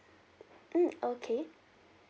mm okay